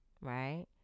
right